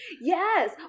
Yes